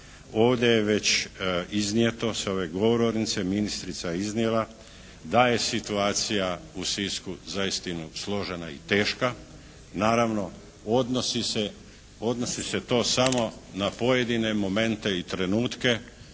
Ovdje je već iznijeto sa ove govornice, ministrica je iznijela da je situacija u Sisku za istinu složena i teška. Naravno, odnosi se to samo na pojedine momente i trenutke